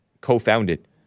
co-founded